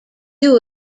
two